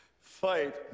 fight